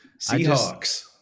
Seahawks